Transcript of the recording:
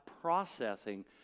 processing